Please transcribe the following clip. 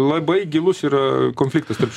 labai gilus yra konfliktas tarp